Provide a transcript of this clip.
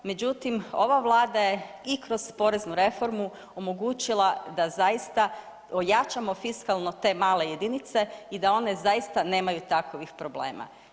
Međutim ova Vlada je i kroz poreznu reformu omogućila da zaista ojačamo fiskalno te male jedinice i da one zaista nemaju takovih problema.